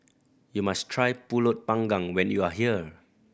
you must try Pulut Panggang when you are here